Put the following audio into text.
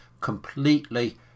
completely